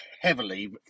heavily